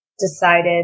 decided